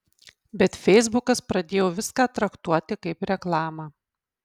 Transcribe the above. bet feisbukas pradėjo viską traktuoti kaip reklamą